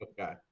okay